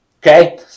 Okay